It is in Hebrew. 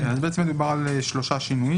בעצם מדובר על שלושה שינויים